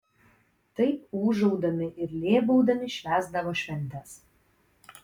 taip ūžaudami ir lėbaudami švęsdavo šventes